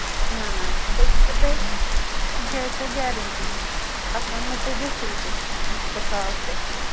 نہَ نہَ نہَ پٔکِو تُہۍ یہِ گٔیٚووٕ تۄہہِ گارینٹی اَتھ وَننَو تۄہہِ دٔسِل تہِ یہِ کۭژاہ صاف سٮ۪کھ چھِ